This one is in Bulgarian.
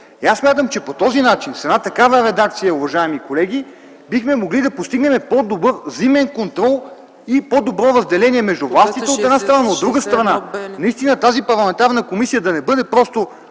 аз смятам, че по този начин, с една такава редакция, уважаеми колеги, бихме могли да постигнем по-добър взаимен контрол и по-добро разделение между властите, от една страна, но от друга страна – наистина тази парламентарна комисия да не бъде просто